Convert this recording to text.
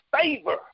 favor